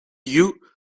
you